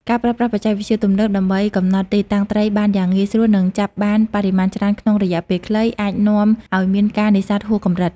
ការប្រើប្រាស់បច្ចេកវិទ្យាទំនើបដើម្បីកំណត់ទីតាំងត្រីបានយ៉ាងងាយស្រួល និងចាប់បានបរិមាណច្រើនក្នុងរយៈពេលខ្លី អាចនាំឲ្យមានការនេសាទហួសកម្រិត។